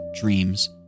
Dreams